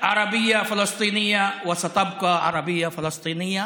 ערבית-פלסטינית ותישאר ערבית-פלסטינית,